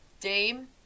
Dame